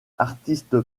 artiste